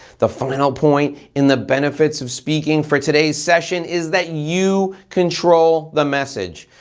the final point in the benefits of speaking for today's session is that you control the message.